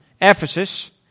Ephesus